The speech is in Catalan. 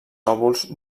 òvuls